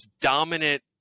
dominant